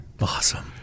Awesome